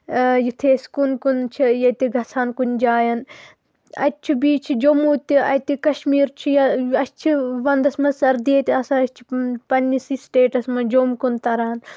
یُتھُے أسۍ کُن کُن چھِ ییٚتہِ گَژھان کُنہِ جاین اَتہِ چھُ بیٚیہِ چھُ جموں تہِ اَتہِ کشمیٖر چھُ یا اَسہِ چھِ ونٛدَس منٛز سردی ییٚتہِ آسان أسۍ چھِ پنٛنِسٕے سِٹیٹَس منٛز جوٚم کُن تَران